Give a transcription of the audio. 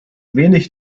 wenig